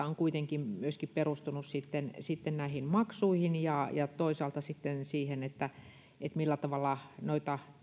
on kuitenkin myöskin perustunut näihin maksuihin ja ja toisaalta sitten siihen millä tavalla noita